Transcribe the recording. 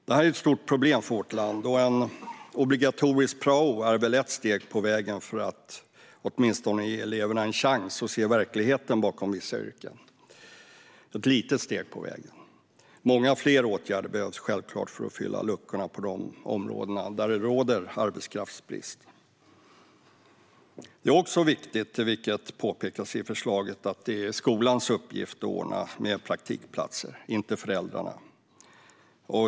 Detta är ett stort problem för vårt land, och en obligatorisk prao är ett litet steg på vägen för att åtminstone ge eleverna en chans att se verkligheten bakom vissa yrken. Många fler åtgärder behövs självklart för att fylla luckorna på de områden där det råder arbetskraftsbrist. Det är också viktigt, vilket påpekas i förslaget, att det är skolans uppgift att ordna med praktikplatser, inte föräldrarnas.